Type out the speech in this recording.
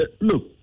Look